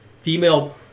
female